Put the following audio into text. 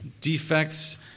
defects